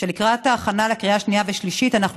שלקראת ההכנה לקריאה שנייה ושלישית אנחנו